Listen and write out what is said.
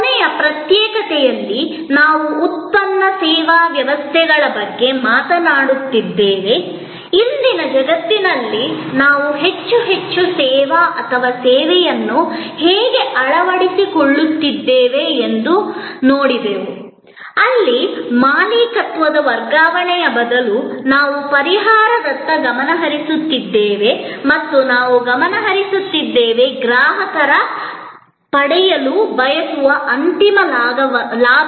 ಕೊನೆಯ ಪ್ರತ್ಯೇಕತೆಯಲ್ಲಿ ನಾವು ಉತ್ಪನ್ನ ಸೇವಾ ವ್ಯವಸ್ಥೆಗಳ ಬಗ್ಗೆ ಮಾತನಾಡುತ್ತಿದ್ದೇವೆ ಇಂದಿನ ಜಗತ್ತಿನಲ್ಲಿ ನಾವು ಹೆಚ್ಚು ಹೆಚ್ಚು ಸೇವೆ ಅಥವಾ ಸೇವೆಯನ್ನು ಹೇಗೆ ಅಳವಡಿಸಿಕೊಳ್ಳುತ್ತಿದ್ದೇವೆ ಎಂದು ನೋಡಿದೆವು ಅಲ್ಲಿ ಮಾಲೀಕತ್ವದ ವರ್ಗಾವಣೆಯ ಬದಲು ನಾವು ಪರಿಹಾರದತ್ತ ಗಮನ ಹರಿಸುತ್ತಿದ್ದೇವೆ ಮತ್ತು ನಾವು ಗಮನ ಹರಿಸುತ್ತಿದ್ದೇವೆ ಗ್ರಾಹಕರು ಪಡೆಯಲು ಬಯಸುವ ಅಂತಿಮ ಲಾಭ